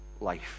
life